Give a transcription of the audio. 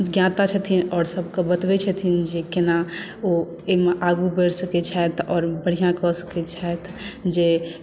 ज्ञाता छथिन आओर सबके बतबै छथिन जे केना ओ अहि मे आगू बैढ़ सकै छथि आओर बढ़ियाॅं कऽ सकै छथि जे